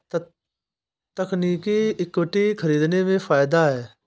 तकनीकी इक्विटी खरीदने में फ़ायदा है